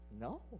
no